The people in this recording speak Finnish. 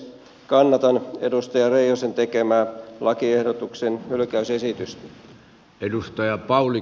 kannatan edustaja reijosen tekemää lakiehdotuksen hylkäysesitystä